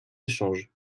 échange